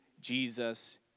Jesus